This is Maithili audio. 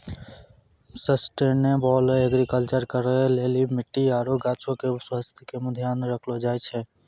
सस्टेनेबल एग्रीकलचर करै लेली मट्टी आरु गाछो के स्वास्थ्य के ध्यान राखलो जाय छै